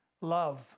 love